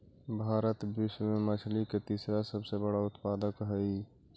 भारत विश्व में मछली के तीसरा सबसे बड़ा उत्पादक हई